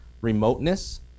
remoteness